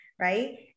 right